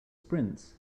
sprints